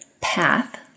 path